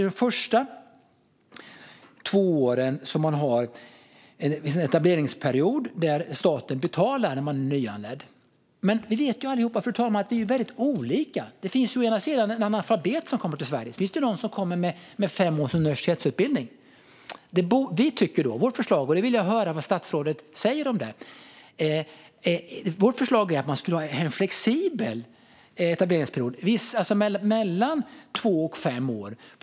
De första två åren är den etableringsperiod där staten betalar när man är nyanländ. Men vi vet ju alla, fru talman, att det är väldigt olika. Det finns analfabeter som kommer till Sverige, och så finns det de som kommer med fem års universitetsutbildning. Vårt förslag - och jag vill gärna höra vad statsrådet säger om det - är att ha en flexibel etableringsperiod, mellan två och fem år.